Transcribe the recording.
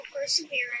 perseverance